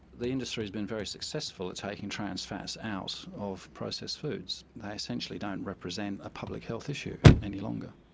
the industry's been very successful at taking trans fats out of processed foods, they essentially don't represent a public health issue any longer.